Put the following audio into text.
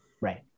Right